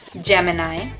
Gemini